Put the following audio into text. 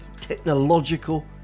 technological